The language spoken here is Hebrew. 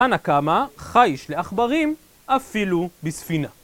הנקמה חיש לאכברים אפילו בספינה.